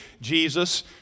Jesus